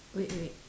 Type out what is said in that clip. wait wait wait